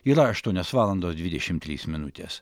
yra aštuonios valandos dvidešimt trys minutės